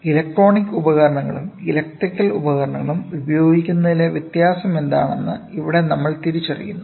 അതിനാൽ ഇലക്ട്രോണിക് ഉപകരണങ്ങളും ഇലക്ട്രിക്കൽ ഉപകരണങ്ങളും ഉപയോഗിക്കുന്നതിലെ വ്യത്യാസമെന്താണെന്ന് ഇവിടെ നമ്മൾ തിരിച്ചറിയുന്നു